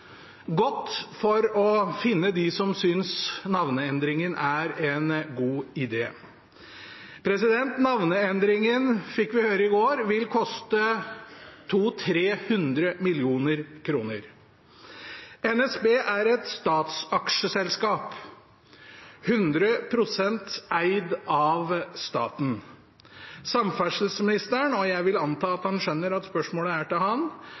godt for å finne dem som synes navneendringen er en god idé. Navneendringen, fikk vi høre i går, vil koste 200 mill. kr–300 mill. kr. NSB er et statsaksjeselskap, 100 pst. eid av staten. Samferdselsministeren – og jeg vil anta at han skjønner at spørsmålet er til